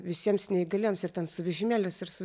visiems neįgaliems ir ten su vežimėliais ir su